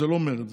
זה לא מרצ,